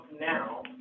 now